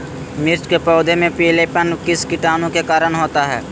मिर्च के पौधे में पिलेपन किस कीटाणु के कारण होता है?